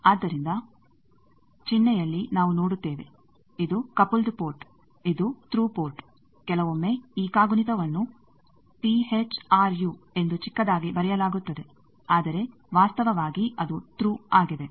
ಆದ್ದರಿಂದ ಚಿಹ್ನೆಯಲ್ಲಿ ನಾವು ನೋಡುತ್ತೇವೆ ಇದು ಕಪಲ್ಲ್ದ್ ಪೋರ್ಟ್ ಇದು ತ್ರೂ ಪೋರ್ಟ್ ಕೆಲವೊಮ್ಮೆ ಈ ಕಾಗುಣಿತವನ್ನು ಟಿ ಎಚ್ ಆರ್ ಯು ಎಂದು ಚಿಕ್ಕದಾಗಿ ಬರೆಯಲಾಗುತ್ತದೆ ಆದರೆ ವಾಸ್ತವವಾಗಿ ಅದು ತ್ರೂ ಆಗಿದೆ